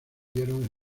dieron